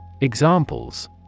Examples